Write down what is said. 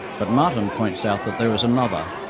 but marten points out that there is another,